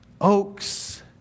Oaks